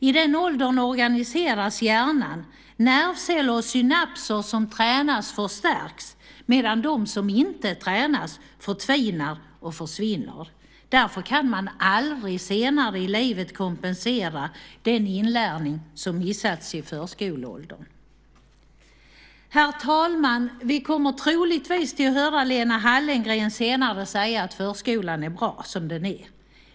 I den åldern organiseras hjärnan, och nervceller och synapser som tränas förstärks, medan de som inte tränas helt enkelt förtvinar och försvinner. Därför kan man aldrig senare i livet kompensera den inlärning som missats i förskoleåldern. Herr talman! Vi kommer troligtvis att höra Lena Hallengren säga att förskolan är bra som den är.